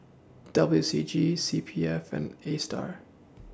W C G C P F and ASTAR